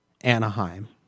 Anaheim